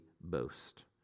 boast